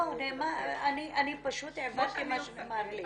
לא, אני פשוט העברתי מה שנאמר לי.